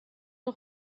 nhw